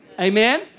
Amen